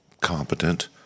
competent